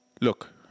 look